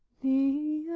the